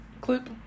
clip